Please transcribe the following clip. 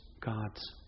God's